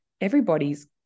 everybody's